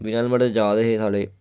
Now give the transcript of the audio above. बिना हेलमेट दे जा दे सारे